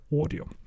audio